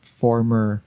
former